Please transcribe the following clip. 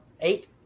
eight